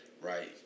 right